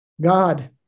God